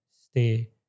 stay